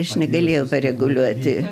aš negalėjau pareguliuoti